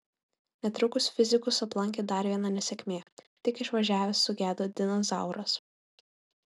netrukus fizikus aplankė dar viena nesėkmė tik išvažiavęs sugedo dinas zauras